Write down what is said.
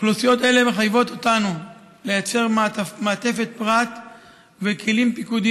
אוכלוסיות אלו מחייבות אותנו לייצר מעטפת פרט וכלים פיקודיים